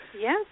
Yes